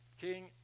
king